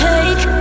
Take